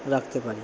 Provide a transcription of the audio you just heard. রাখতে পারি